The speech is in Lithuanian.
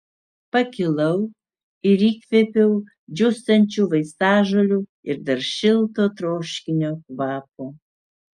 pakilau ir įkvėpiau džiūstančių vaistažolių ir dar šilto troškinio kvapo